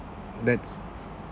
that's